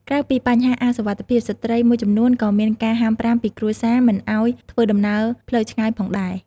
ក្រៅពីបញ្ហាអសុវត្ថិភាព ស្ត្រីមួយចំនួនក៏មានការហាមប្រាមពីគ្រួសារមិនឱ្យធ្វើដំណើរផ្លូវឆ្ងាយផងដែរ។